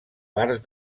parts